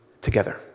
together